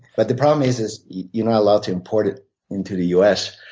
but the problem is is you're not allowed to import it into the u s,